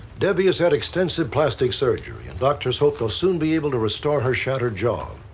debbie has had extensive plastic surgery and doctors hope they'll soon be able to restore her shattered jaw.